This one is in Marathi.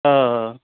हो हो